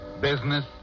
Business